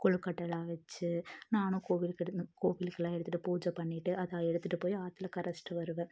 கொழுக்கட்டை எல்லாம் வச்சு நானும் கோவிலுக்கு எடு கோவிலுக்கெல்லாம் எடுத்துட்டு பூஜை பண்ணிட்டு அதை எடுத்துட்டு போய் ஆத்தில் கரைத்திட்டு வருவேன்